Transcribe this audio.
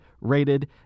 rated